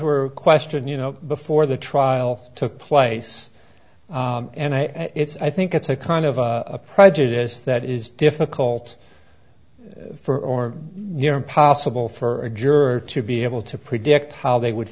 were questioned you know before the trial took place and i it's i think it's a kind of a prejudice that is difficult for or near impossible for a juror to be able to predict how they would